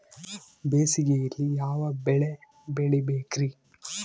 ಬೇಸಿಗೆಯಲ್ಲಿ ಯಾವ ಬೆಳೆ ಬೆಳಿಬೇಕ್ರಿ?